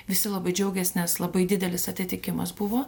visi labai džiaugėsi nes labai didelis atitikimas buvo